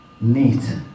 Neat